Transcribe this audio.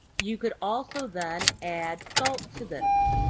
you could also then add salt to this.